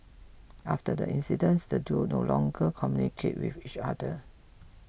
after the incident the duo no longer communicated with each other